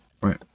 Right